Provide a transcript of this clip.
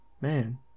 Man